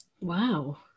Wow